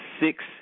six